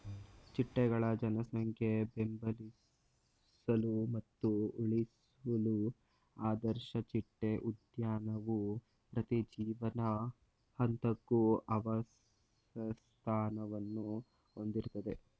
ಚಿಟ್ಟೆಗಳ ಜನಸಂಖ್ಯೆ ಬೆಂಬಲಿಸಲು ಮತ್ತು ಉಳಿಸಲು ಆದರ್ಶ ಚಿಟ್ಟೆ ಉದ್ಯಾನವು ಪ್ರತಿ ಜೀವನ ಹಂತಕ್ಕೂ ಆವಾಸಸ್ಥಾನವನ್ನು ಹೊಂದಿರ್ತದೆ